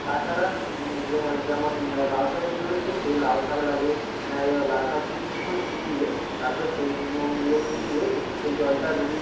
তাছাড়া যেমন লাউ শাকের ঝোলের ক্ষেত্রে লাউশাক লাগে এও লাউ শাককে কিছুক্ষণ ফুটিয়ে তারপরে সেই নুন দিয়ে ফুটিয়ে রেখে সেই জলটা যদি